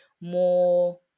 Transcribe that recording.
more